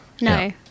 No